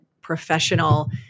professional